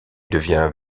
devient